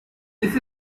this